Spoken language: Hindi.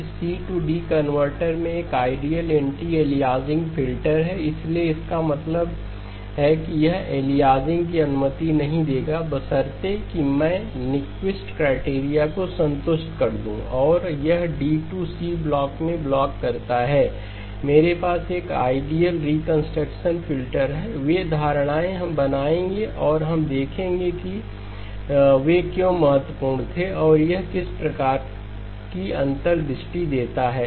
कि C टू D कनवर्टर में एक आइडियल एंटी अलियासिंग फिल्टर है इसलिए इसका मतलब है कि यह अलियासिंग की अनुमति नहीं देगा बशर्ते कि मैं न्यक्विस्ट क्राइटेरिया को संतुष्ट कर दूं और यह D टू C ब्लॉक में ब्लॉक करता है मेरे पास एक आइडियल रिकंस्ट्रक्शन फिल्टर है वे धारणाएं हम बनाएंगे और हम देखेंगे कि वे क्यों महत्वपूर्ण थे और यह किस प्रकार की अंतर्दृष्टि देता है